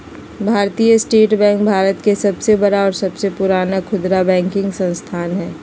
भारतीय state bank Bharat के सबसे बड़ा और सबसे पुराना खुदरा बैंकिंग संस्थान हइ